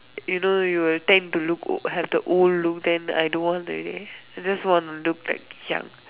you know you will tend to look have the old look then I don't want already I just want to look like young